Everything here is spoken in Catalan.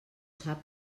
sap